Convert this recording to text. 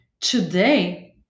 Today